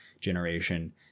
generation